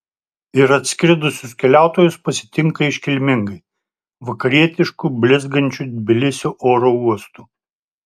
ir atskridusius keliautojus pasitinka iškilmingai vakarietišku blizgančiu tbilisio oro uostu